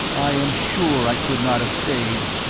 i am sure i could not have stayed.